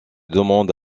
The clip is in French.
demande